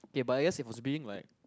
K but I guess it was being like